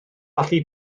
allu